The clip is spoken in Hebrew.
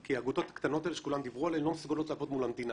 כי האגודות הקטנות האלה שכולם דיברו עליהן לא מסוגלות לעבוד מול המדינה,